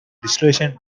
distillation